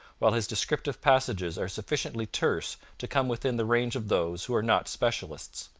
while his descriptive passages are sufficiently terse to come within the range of those who are not specialists.